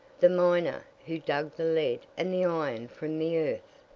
the miner who dug the lead and the iron from the earth,